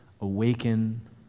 awaken